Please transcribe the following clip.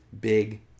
Big